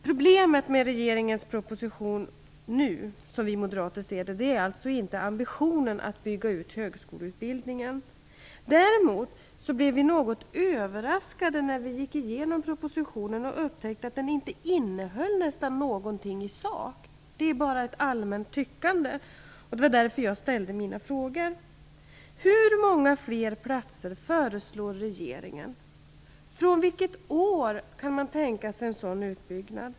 Problemet med regeringens proposition nu är, som vi moderater ser det, alltså inte ambitionen att bygga ut högskoleutbildningen. Däremot blev vi något överraskade när vi gick igenom propositionen och upptäckte att den nästan inte innehöll någonting i sak. Det är bara ett allmänt tyckande. Det var därför jag ställde mina frågor. Hur många fler platser föreslår regeringen? Från vilket år kan man tänka sig en sådan utbyggnad?